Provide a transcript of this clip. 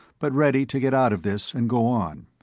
but ready to get out of this and go on.